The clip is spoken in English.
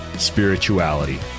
spirituality